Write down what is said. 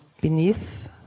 beneath